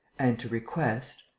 and to request.